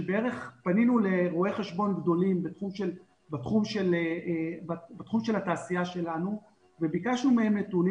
פנינו לרואי חשבון גדולים בתחום של התעשייה שלנו וביקשנו מהם נתונים